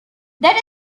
that